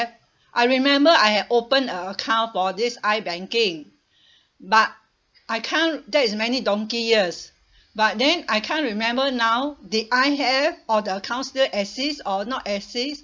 I remember I open a account for this i- banking but I can't that is many donkey years but then I can't remember now did I have or the account still exist or not exist